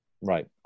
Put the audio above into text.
Right